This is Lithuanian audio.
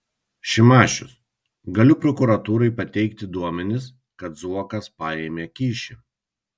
šimašius galiu prokuratūrai pateikti duomenis kad zuokas paėmė kyšį